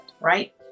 right